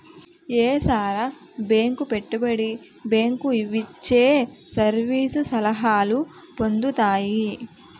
ఏసార bank పెట్టుబడి bank ఇవిచ్చే service సలహాలు పొందుతాయి